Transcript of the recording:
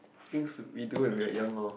things we do when we are young lor